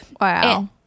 Wow